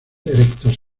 erectos